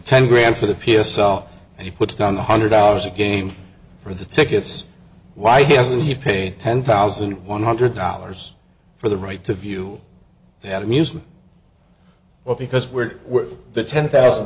ten grand for the p s l and he puts down the hundred dollars a game for the tickets why hasn't he paid ten thousand one hundred dollars for the right to view that amusement well because we're the ten thousand